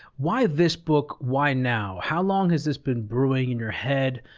why this book? why now? how long has this been brewing in your head?